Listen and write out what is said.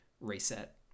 reset